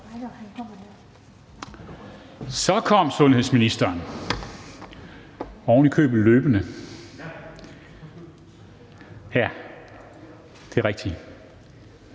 Så kom sundhedsministeren, ovenikøbet løbende. Ministeren